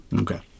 Okay